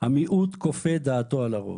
המיעוט כופה את דעתו על הרוב.